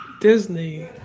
disney